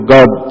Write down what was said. God